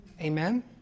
Amen